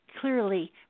clearly